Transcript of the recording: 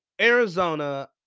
Arizona